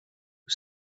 was